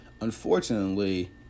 unfortunately